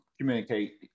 communicate